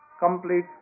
Complete